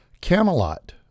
Camelot